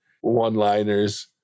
one-liners